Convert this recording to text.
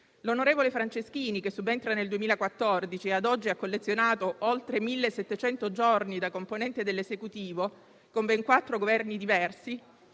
L'onorevole Franceschini, che subentra nel 2014 e che, ad oggi, ha collezionato oltre 1700 giorni da componente dell'Esecutivo, con ben quattro Governi diversi,